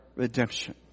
redemption